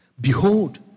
Behold